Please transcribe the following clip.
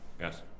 Yes